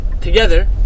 together